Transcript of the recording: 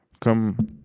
Come